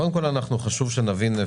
חשוב שנבין,